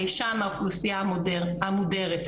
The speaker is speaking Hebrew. האישה מהאוכלוסייה המודרת,